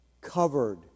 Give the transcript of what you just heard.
covered